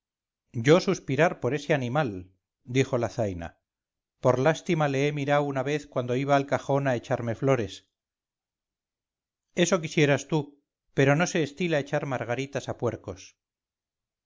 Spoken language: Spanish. yo suspirar por ese animal dijo la zaina por lástima le he mirao una vez cuando iba al cajón a echarme flores eso quisieras tú pero no se estila echar margaritas a puercos